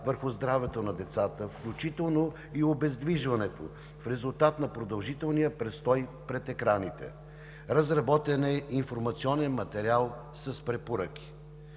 върху здравето на децата, включително и обездвижването в резултат на продължителния престой пред екраните. Разработен е и информационен материал с препоръки.